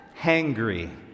Hangry